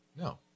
No